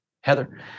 Heather